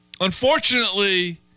Unfortunately